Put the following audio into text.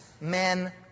men